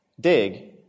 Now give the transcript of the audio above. Dig